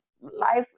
life